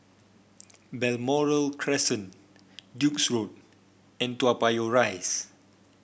Balmoral Crescent Duke's Road and Toa Payoh Rise